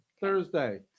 Thursday